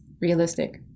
realistic